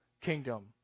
kingdom